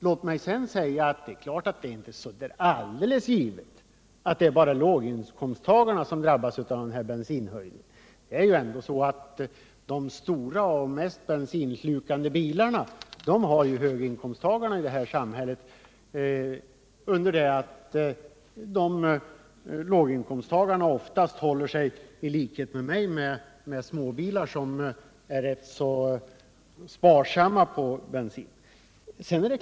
Låt mig sedan säga att det inte är alldeles givet att det är bara låginkomsttagarna som drabbas av höjningen av bensinpriset. De stora och mest bensinslukande bilarna ägs ju av höginkomsttagarna, under det att låginkomsttagarna, i likhet med mig, oftast håller sig med småbilar som är rätt så sparsamma när det gäller bensin.